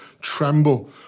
Tremble